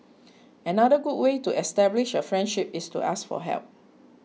another good way to establish a friendship is to ask for help